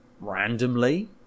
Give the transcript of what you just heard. randomly